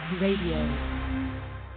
Radio